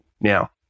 now